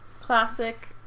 classic